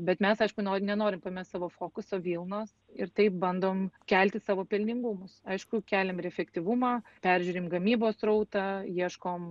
bet mes aišku nenorim pamest savo fokuso vilnos ir taip bandom kelti savo pelningumus aišku keliam ir efektyvumą peržiūrim gamybos srautą ieškom